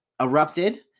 erupted